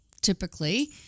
typically